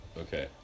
Okay